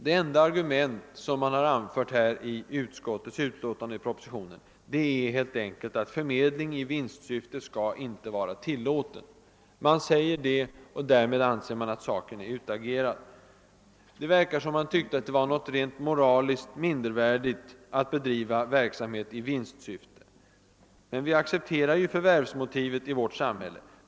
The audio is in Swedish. Det enda argument som anförts i utskottsut!åtandet och i propositionen är helt enkelt att förmedling i vinstsyfte inte skall vara tillåten. Man anser där med att saken är utredd. Det verkar som om man tyckte att det skulle vara något rent moraliskt mindervärdigt att bedriva verksamhet i vinstsyfte. Men vi accepterar ju förvärvsmotivet i vårt samhälle.